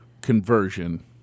conversion